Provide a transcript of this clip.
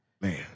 Man